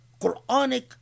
Quranic